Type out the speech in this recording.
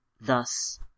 Thus